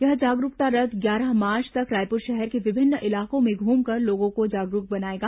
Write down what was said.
यह जागरूकता रथ ग्यारह मार्च तक रायपुर शहर के विभिन्न इलाकों में घूमकर लोगों को जागरूक बनाएगा